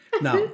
Now